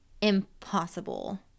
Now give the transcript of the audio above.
impossible